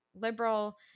liberal